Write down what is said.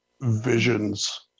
visions